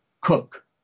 cook